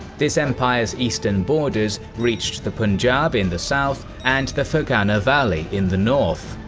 this empire's eastern borders reached the punjab in the south, and the ferghana valley in the north.